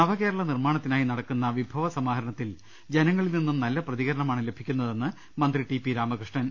നവകേരള നിർമാണത്തിനായി നടക്കുന്ന വിഭവസമാഹരണ ത്തിൽ ജനങ്ങളിൽ നിന്നും നല്ല പ്രതികരണമാണ് ലഭിക്കു ന്നതെന്ന് മന്ത്രി ടി പി രാമകൃഷ്ണൻ